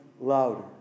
louder